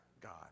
God